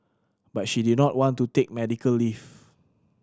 but she did not want to take medical leave